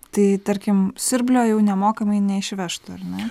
tai tarkim siurblio jau nemokamai neišveštų ar ne